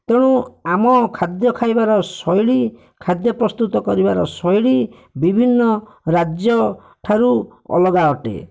ତେଣୁ ଆମ ଖାଦ୍ୟ ଖାଇବାର ଶୈଳୀ ଖାଦ୍ୟ ପ୍ରସ୍ତୁତ କରିବାର ଶୈଳୀ ବିଭିନ୍ନ ରାଜ୍ୟଠାରୁ ଅଲଗା ଅଟେ